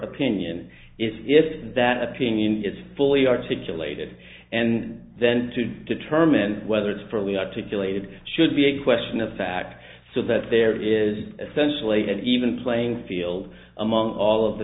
opinion if that opinion is fully articulated and then to determine whether it's probably articulated should be a question of fact so that there is essentially an even playing field among all of the